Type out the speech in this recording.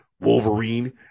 Wolverine